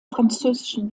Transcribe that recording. französischen